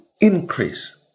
increase